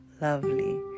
Lovely